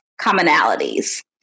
commonalities